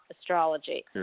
astrology